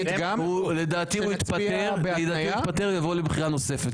לדעתי הוא יתפטר ויבוא לבחירה נוספת.